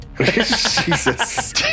Jesus